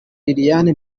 lilian